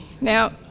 Now